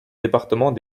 département